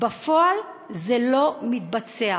בפועל זה לא מתבצע.